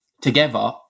Together